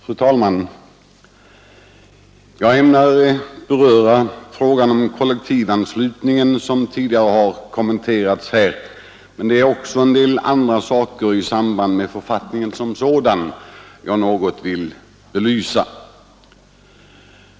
Fru talman! Jag ämnar beröra frågan om kollektivanslutningen, som tidigare har kommenterats här. Men det är också en del andra saker i samband med författningen såsom sådan som jag vill belysa.